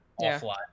Offline